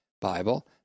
Bible